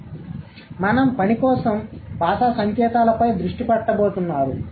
కాబట్టి మనం పని కోసం భాషా సంకేతాలపై దృష్టి పెట్టబోతున్నారు